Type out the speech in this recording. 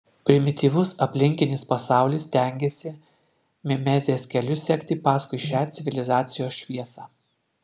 primityvus aplinkinis pasaulis stengiasi mimezės keliu sekti paskui šią civilizacijos šviesą